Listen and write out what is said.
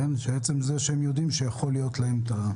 עצם זה שהם יודעים שיכולה להיות מצלמה.